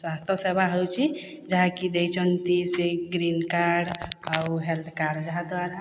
ସ୍ଵାସ୍ଥ୍ୟସେବା ହେଉଛି ଯାହାକି ଦେଇଛନ୍ତି ସେହି ଗ୍ରୀନ୍ କାର୍ଡ଼ ଆଉ ହେଲ୍ଥ କାର୍ଡ଼ ଯାହା ଦ୍ଵାରା